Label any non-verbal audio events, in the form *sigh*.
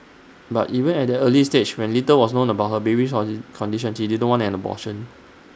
but even at that early stage when little was known about her baby's *unintelligible* condition she did not want an abortion